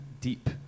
deep